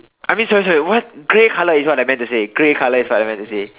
I mean sorry sorry what grey colour is what I meant to say grey colour is what I meant to say